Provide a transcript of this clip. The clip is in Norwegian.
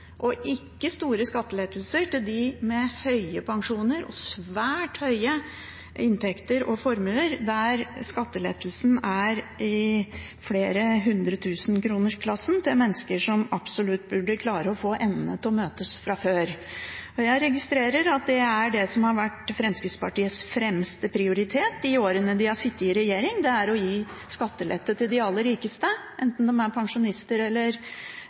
og ikke store skattelettelser til dem med høye pensjoner og svært høye inntekter og formuer, der skattelettelsen er i flere 100 000-kronersklassen til mennesker som absolutt burde ha nok til å få endene til å møtes fra før. Jeg registrerer at det er det som har vært Fremskrittspartiets fremste prioritet de årene de har sittet i regjering. Det er å gi skattelette til de aller rikeste – enten de er pensjonister eller